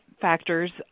factors